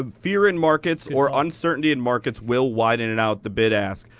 ah fear in markets or uncertainty in markets will widen and out the bid ask.